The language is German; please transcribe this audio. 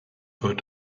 wird